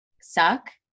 suck